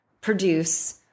produce